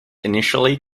initially